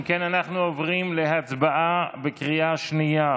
אם כן, אנחנו עוברים להצבעה בקריאה השנייה